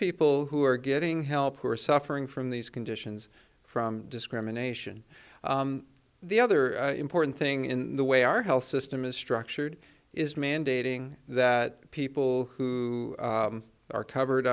people who are getting help who are suffering from these conditions from discrimination the other important thing in the way our health system is structured is mandating that people who are covered